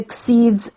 exceeds